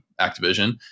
Activision